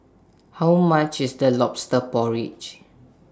How much IS The Lobster Porridge